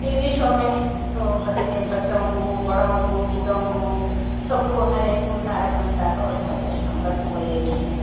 T V show میں تو بچّے بچّوں کو بڑوں کو بڈھوں کو سب کو ہر ایک کو تارک مہتا کا الٹا چشمہ بس وہی ایک ہی ہے